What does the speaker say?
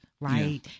Right